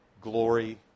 glory